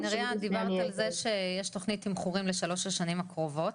נריה את דיברת על זה שיש תוכנית תמחורים לשלוש השנים הקרובות,